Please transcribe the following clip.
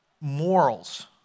morals